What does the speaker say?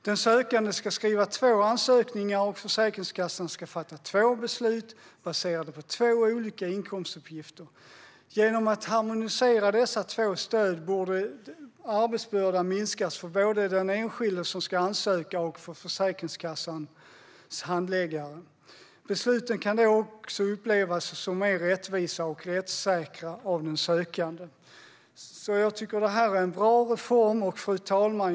Den sökande ska skriva två ansökningar, och Försäkringskassan ska fatta två beslut baserade på två olika inkomstuppgifter. Genom att harmonisera dessa två stöd borde arbetsbördan minskas för både den enskilde som ska ansöka och Försäkringskassans handläggare. Besluten kan då också upplevas som mer rättvisa och rättssäkra av den sökande. Jag tycker därför att detta är en bra reform. Fru talman!